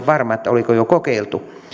varma oliko jo kokeiltu